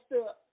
up